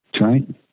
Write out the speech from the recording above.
right